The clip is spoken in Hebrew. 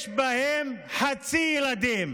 יש בהם גם חצי ילדים.